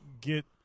get